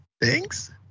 Thanks